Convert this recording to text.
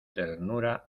ternura